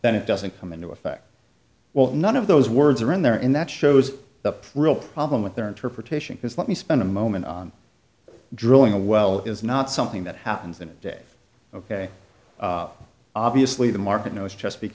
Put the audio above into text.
then it doesn't come into effect well none of those words are in there in that shows the real problem with their interpretation is let me spend a moment on drilling a well is not something that happens in a day ok obviously the market knows chesapeake